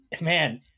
man